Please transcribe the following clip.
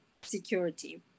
security